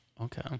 Okay